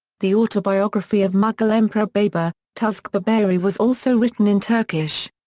the autobiography of mughal emperor babur, tuzk babari was also written in turkish.